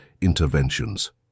interventions